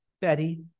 Betty